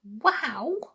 Wow